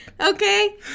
Okay